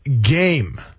game